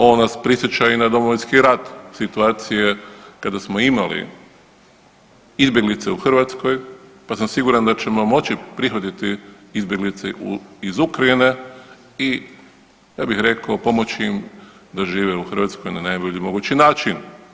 Ovo nas prisjeća i na Domovinski rat, situacije kada smo imali izbjeglice u Hrvatskoj, pa sam siguran da ćemo moći prihvatiti izbjeglice iz Ukrajine i ja bih rekao pomoći im da žive u Hrvatskoj na najbolji mogući način.